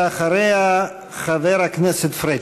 ואחריה, חבר הכנסת פריג'.